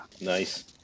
Nice